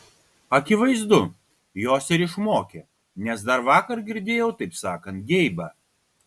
akivaizdu jos ir išmokė nes dar vakar girdėjau taip sakant geibą